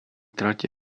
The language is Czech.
tratě